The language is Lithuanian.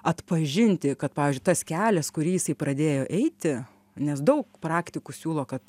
atpažinti kad pavyzdžiui tas kelias kurį jis pradėjo eiti nes daug praktikų siūlo kad